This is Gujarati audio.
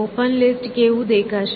ઓપન લિસ્ટ કેવું દેખાશે